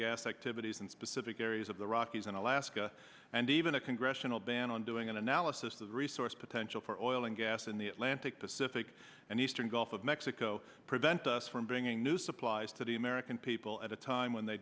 gas activities in specific areas of the rockies and alaska and even a congressional ban on doing an analysis of the resource potential for oil and gas in the atlantic pacific and eastern gulf of mexico prevent us from bringing new supplies to the american people at a time the